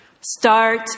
Start